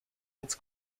its